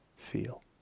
feel